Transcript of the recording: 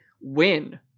win